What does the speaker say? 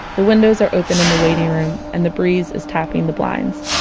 the windows are open in the waiting room and the breeze is tapping the blinds.